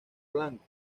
blanco